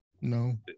no